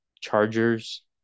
Chargers